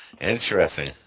Interesting